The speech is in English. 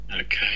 Okay